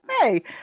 Hey